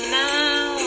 now